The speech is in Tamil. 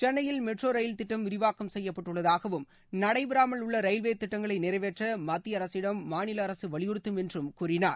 சென்னையில் மெட்ரோ ரயில் திட்டம் விரிவாக்கம் செய்யப்பட்டுள்ளதாகவும் நடைபெறாமல் உள்ள ரயில்வே திட்டங்களை நிறைவேற்ற மத்திய அரசிடம் மாநில அரசு வலியுறுத்தும் என்றும் கூறினார்